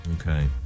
Okay